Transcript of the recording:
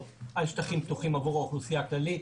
על שטחים פתוחים עבור האוכלוסייה הכללית.